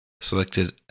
Selected